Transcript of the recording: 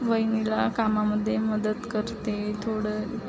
वहिनीला कामामध्ये मदत करते थोडं